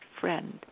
friend